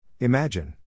Imagine